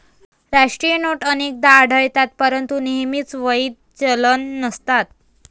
राष्ट्रीय नोट अनेकदा आढळतात परंतु नेहमीच वैध चलन नसतात